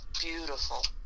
beautiful